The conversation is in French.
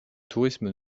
tourisme